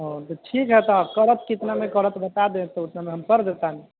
अऽ तऽ ठीक है तब करत कितना मे करत तऽ बता देब हम कर देतानी